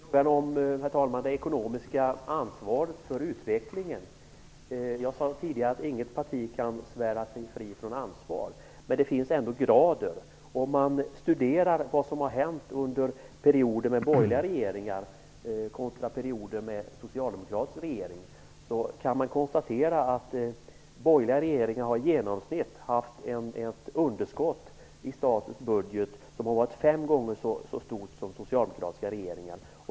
Herr talman! Beträffande det ekonomiska ansvaret för utvecklingen sade jag tidigare att inget parti kan svära sig fritt från ansvar. Men det finns ändå olika grader av ansvar. Om man studerar vad som har hänt under perioder med borgerliga regeringar kontra perioder med socialdemokratiska regeringar, kan man konstatera att borgerliga regeringar i genomsnitt har haft ett underskott i statens budget som har varit fem gånger så stort som socialdemokratiska regeringars.